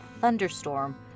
thunderstorm